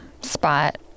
spot